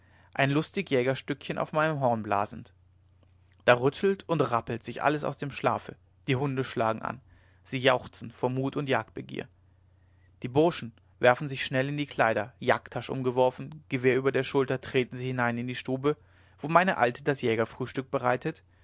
ein lustig jägerstückchen auf meinem horn blasend da rüttelt und rappelt sich alles aus dem schlafe die hunde schlagen an sie jauchzen vor mut und jagdbegier die bursche werfen sich schnell in die kleider jagdtasch umgeworfen gewehr über der schulter treten sie hinein in die stube wo meine alte das jägerfrühstück bereitet